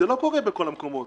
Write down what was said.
זה לא קורה בכל המקומות.